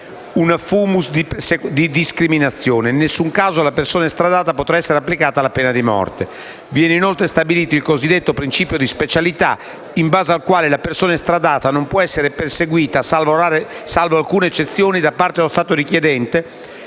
un *fumus* di discriminazione. In nessun caso alla persona estradata potrà essere applicata la pena di morte. Viene inoltre stabilito il cosiddetto principio di specialità, in base al quale la persona estradata non può essere perseguita, salvo alcune eccezioni, da parte dello Stato richiedente